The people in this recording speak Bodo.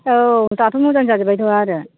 औ दाथ' मोजां जाजोबबायथ' आरो